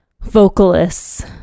vocalists